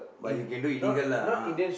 but you can do illegal lah ah